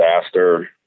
disaster